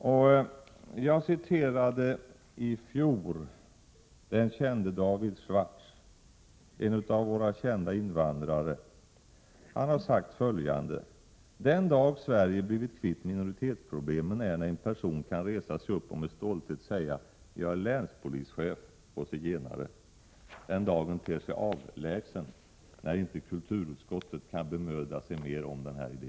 I fjol citerade jag den kände David Schwartz, en av våra kända invandrare. Han har sagt följande: ”Den dag Sverige blivit kvitt minoritetsproblemen är när en person kan resa sig upp och med stolthet säga: Jag är länspolischef och zigenare!” Den dagen ter sig avlägsen när kulturutskottet inte kan bemöda sig mer om denna idé.